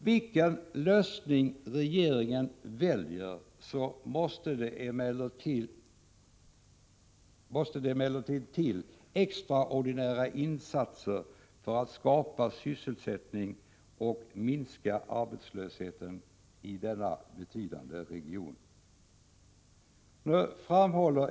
Vilken lösning regeringen än väljer måste det till extraordinära insatser för att skapa sysselsättning och minska arbetslösheten i denna betydande region.